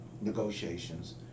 negotiations